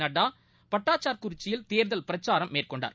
நட்டாபட்டசார்குச்சியில் தேர்தல் பிரச்சாரம் மேற்கொண்டார்